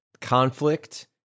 conflict